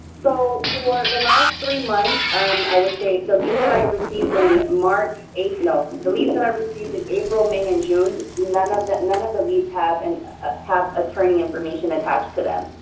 so for the last three months, and i would say the least that i have received in march eight, no, the least that i received in april, may and june. none of that none of the leads have and ah have attorney information attached to them.